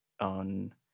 on